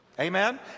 Amen